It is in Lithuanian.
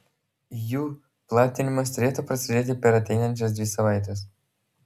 jų platinimas turėtų prasidėti per ateinančias dvi savaites